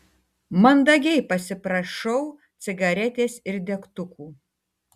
mandagiai pasiprašau cigaretės ir degtukų